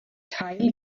teil